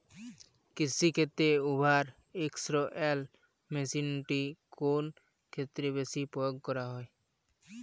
কৃষিক্ষেত্রে Hoover XL মেশিনটি কোন ক্ষেত্রে বেশি প্রয়োগ করা হয়?